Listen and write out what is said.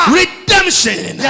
redemption